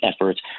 efforts